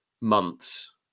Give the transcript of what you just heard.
months